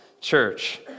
church